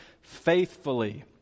faithfully